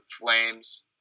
Flames